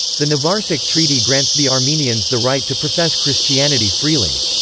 the nvarsak treaty grants the armenians the right to profess christianity freely.